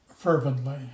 fervently